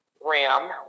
Ram